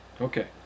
Okay